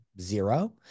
zero